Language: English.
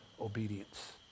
obedience